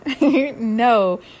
no